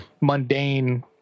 mundane